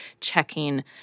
checking